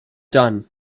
done